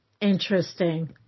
Interesting